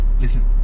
listen